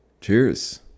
Cheers